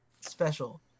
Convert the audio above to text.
Special